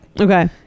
Okay